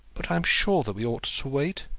but i am sure that we ought to wait.